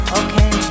okay